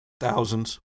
Thousands